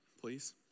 please